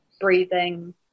breathing